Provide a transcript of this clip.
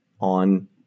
on